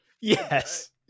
Yes